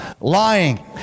lying